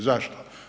Zašto?